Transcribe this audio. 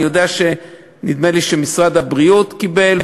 נדמה לי שמשרד הבריאות קיבל,